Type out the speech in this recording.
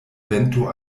vento